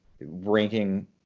ranking